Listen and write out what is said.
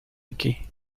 aquí